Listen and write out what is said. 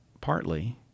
Partly